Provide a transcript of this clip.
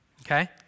Okay